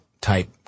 type